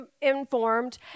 Informed